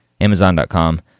amazon.com